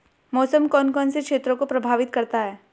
मौसम कौन कौन से क्षेत्रों को प्रभावित करता है?